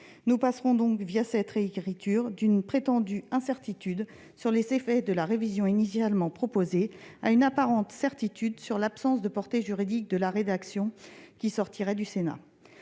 Nous passerons donc, cette réécriture, d'une prétendue incertitude quant aux effets de la révision initialement proposée à une apparente certitude sur l'absence de portée juridique de la rédaction qui sortira du Sénat.